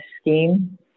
scheme